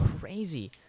crazy